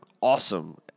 awesome